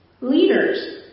leaders